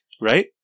right